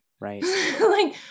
right